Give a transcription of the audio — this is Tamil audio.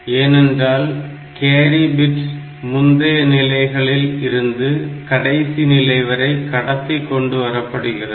ஏனென்றால் கேரி பிட் முந்தைய நிலைகளில் இருந்து கடைசி நிலை வரை கடத்தி கொண்டு வரப்படுகிறது